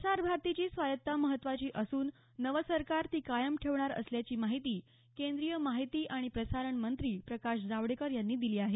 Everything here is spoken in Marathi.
प्रसारभारतीची स्वायत्तता महत्त्वाची असून नवं सरकार ती कायम ठेवणार असल्याची माहिती केंद्रीय माहिती आणि प्रसारण मंत्री प्रकाश जावडेकर यांनी दिली आहे